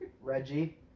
Reggie